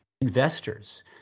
investors